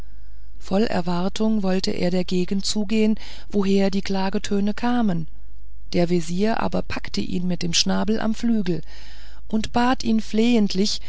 voll erwartung wollte er der gegend zugehen woher die klagetöne kamen der vezier aber packte ihn mit dem schnabel am flügel und bat ihn flehentlich